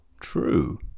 true